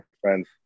friends